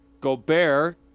Gobert